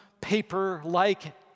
paper-like